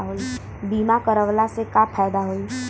बीमा करवला से का फायदा होयी?